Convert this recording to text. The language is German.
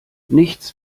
nichts